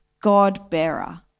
God-bearer